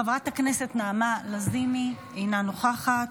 חברת הכנסת נעמה לזימי, אינה נוכחת,